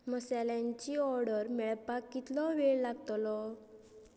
मसाल्यांची order मेळपाक कितलो वेळ लागतलो